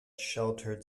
sheltered